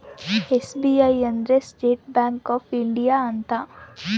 SBI ಅಂದ್ರ state bank of India ಅಂತ